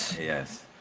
Yes